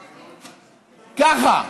ככה.